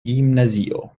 gimnazio